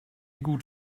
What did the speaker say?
gut